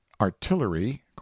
artillery